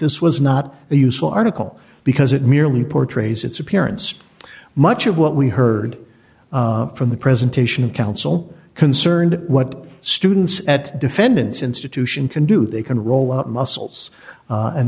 this was not a useful article because it merely portrays its appearance much of what we heard from the presentation of counsel concerned what students at defendants institution can do they can roll up muscles